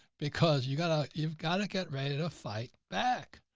because you gotta, you've got to get ready to fight back.